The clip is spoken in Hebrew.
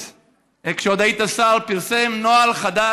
כשעוד היית שר, משרד הבריאות